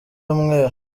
y’umweru